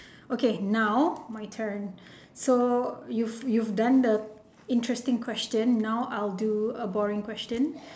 okay now my turn so you've you've done the interesting question now I'll do a boring question